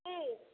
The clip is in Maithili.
की